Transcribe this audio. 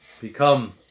become